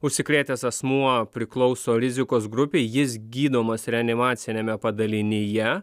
užsikrėtęs asmuo priklauso rizikos grupei jis gydomas reanimaciniame padalinyje